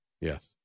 Yes